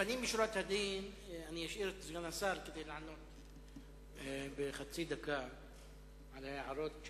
לפנים משורת הדין אני אשאיר את סגן השר כדי לענות בחצי דקה על ההערות,